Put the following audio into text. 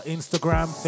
Instagram